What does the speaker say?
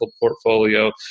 portfolio